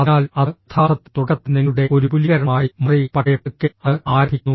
അതിനാൽ അത് യഥാർത്ഥത്തിൽ തുടക്കത്തിൽ നിങ്ങളുടെ ഒരു വിപുലീകരണമായി മാറി പക്ഷേ പതുക്കെ അത് ആരംഭിക്കുന്നു